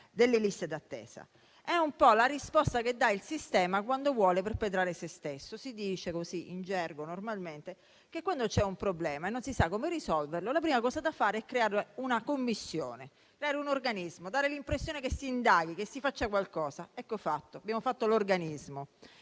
delle liste d'attesa. È un po' la risposta che il sistema dà quando vuole perpetrare se stesso. Si dice, in gergo, che, quando c'è un problema e non si sa come risolverlo, la prima cosa da fare è creare una commissione, un organismo, dare l'impressione che si indaghi e si faccia qualcosa. Ecco fatto, abbiamo fatto l'organismo.